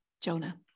Jonah